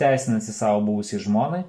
teisinasi savo buvusiai žmonai